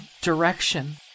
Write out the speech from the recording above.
direction